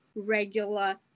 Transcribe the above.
regular